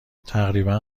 تقریبا